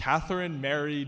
katherine mary